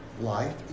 life